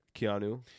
Keanu